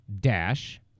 dash